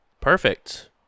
Perfect